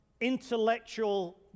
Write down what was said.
intellectual